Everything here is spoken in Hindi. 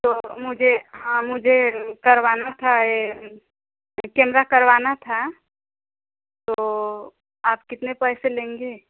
तो मुझे हाँ मुझे करवाना था यह केमरा करवाना था तो आप कितने पैसे लेंगे